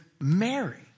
Mary